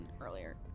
earlier